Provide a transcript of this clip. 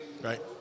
right